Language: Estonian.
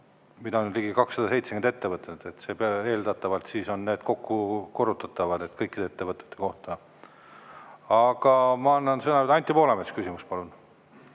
mida on ligi 270 ettevõtet. Eeldatavalt siis on need kokku korrutatavad, et kõikide ettevõtete kohta. Aga ma annan sõna Anti Poolametsale, küsimus, palun!